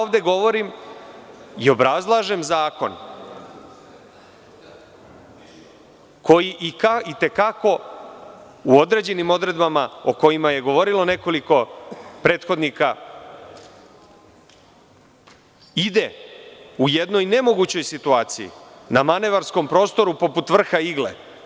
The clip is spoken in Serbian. Ovde govorim i obrazlažem zakon koji i te kako u određenim odredbama, o kojima je govorilo nekoliko prethodnika ide u jednoj nemogućoj situaciji na manevarskom prostoru poput vrha igle.